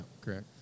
correct